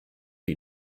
wie